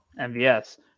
MVS